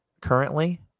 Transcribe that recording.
currently